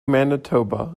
manitoba